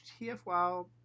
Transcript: tfl